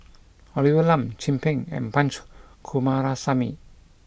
Olivia Lum Chin Peng and Punch Coomaraswamy